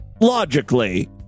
logically